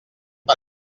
per